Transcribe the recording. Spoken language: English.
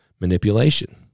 Manipulation